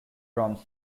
drums